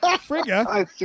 Frigga